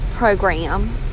program